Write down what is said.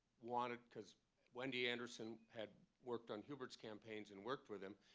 wanted because wendy anderson had worked on hubert's campaigns and worked with him.